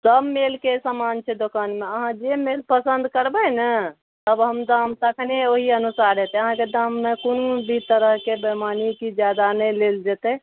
सब मेलके समान छै दोकानमे अहाँ जे मेल पसन्द करबै ने तब हम दाम तखने ओहि अनुसार होयतै अहाँके दाममे कोनो भी तरहके बैमानी किछु जादा नहि लेल जेतै